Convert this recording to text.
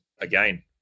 again